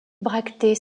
bractées